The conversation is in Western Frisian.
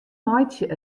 meitsje